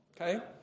Okay